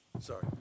Sorry